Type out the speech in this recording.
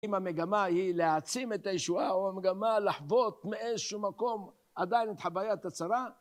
אם המגמה היא להעצים את הישועה, או המגמה לחוות מאיזשהו מקום עדיין את חוויית הצרה...